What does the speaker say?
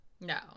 No